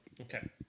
Okay